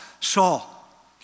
Saul